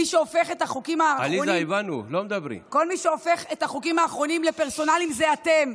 מי שהופך את החוקים האחרונים לפרסונאליים זה אתם,